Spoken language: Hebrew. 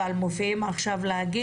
אבל אתם מופיעים עכשיו ואומרים: